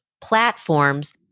platforms